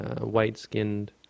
white-skinned